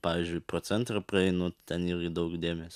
pavyzdžiui pro centrą praeinu ten irgi daug dėmesio